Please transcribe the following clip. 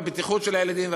בבטיחות של הילדים,